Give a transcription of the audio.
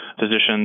physicians